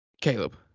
caleb